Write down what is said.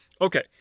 Okay